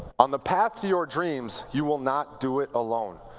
on the path to your dream, so you will not do it alone.